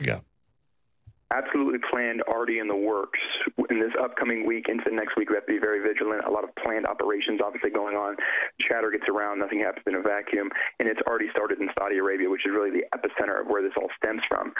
ago absolutely clan already in the works in this upcoming week into next week grippy very vigilant a lot of planning operations obviously going on chatter gets around nothing up in a vacuum and it's already started in saudi arabia which is really the epicenter of where this all stems from